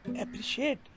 appreciate